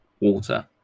water